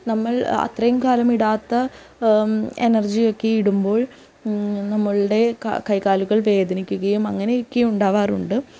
നമ്മൾ അത്രയും കാലം ഇടാത്ത എനർജിയൊക്കെ ഇടുമ്പോൾ നമ്മളുടെ കൈകാലുകൾ വേദനിക്കുകയും അങ്ങനെയൊക്കെ ഉണ്ടാവാറുണ്ട്